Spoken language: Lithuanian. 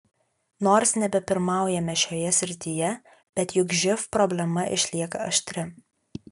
nors nebepirmaujame šioje srityje bet juk živ problema išlieka aštri